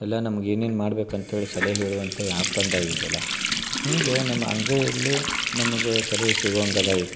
ಎಲ್ಲ ನಮ್ಗ ಏನೇನು ಮಾಡ್ಬೇಕು ಅಂತೇಳಿ ಸಲಹೆ ಹೇಳುವಂಥ ಆ್ಯಪ್ ಬಂದವು ಈಗೆಲ್ಲ ಹಿಂಗೆ ನಮ್ಮ ಅಂಗೈಯಲ್ಲೇ ನಮ್ಗ ಸಲಹೆ ಸಿಗುವಂಗೆ ಅದ ಈಗ